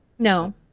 no